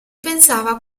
pensava